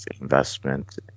investment